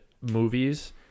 movies